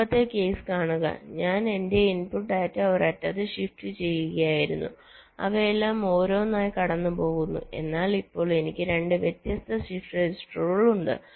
മുമ്പത്തെ കേസ് കാണുക ഞാൻ എന്റെ ഇൻപുട്ട് ഡാറ്റ ഒരറ്റത്ത് ഷിഫ്റ്റ് ചെയ്യുകയായിരുന്നു അവയെല്ലാം ഓരോന്നായി കടന്നുപോകുന്നു എന്നാൽ ഇപ്പോൾ എനിക്ക് 2 വ്യത്യസ്ത ഷിഫ്റ്റ് രജിസ്റ്ററുകൾ ഉണ്ട്